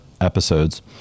episodes